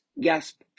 gasp